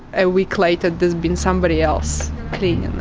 a week later, there's been somebody else cleaning